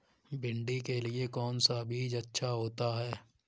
भिंडी के लिए कौन सा बीज अच्छा होता है?